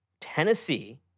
Tennessee